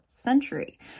century